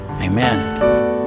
Amen